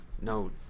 no